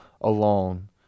alone